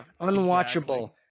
Unwatchable